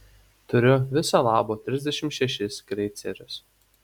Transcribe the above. turiu viso labo trisdešimt šešis kreicerius